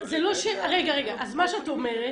רגע, מה שאת אומרת,